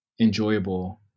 enjoyable